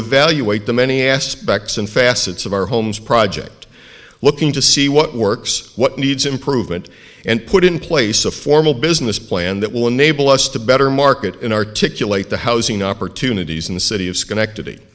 evaluate the many aspects and facets of our homes project looking to see what works what needs improvement and put in place a formal business plan that will enable us to better market and articulate the housing opportunities in the city of schenectady